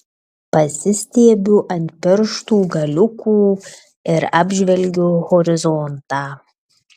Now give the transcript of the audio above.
pasistiebiu ant pirštų galiukų ir apžvelgiu horizontą